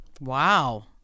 Wow